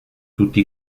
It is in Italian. tutti